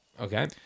Okay